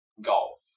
Golf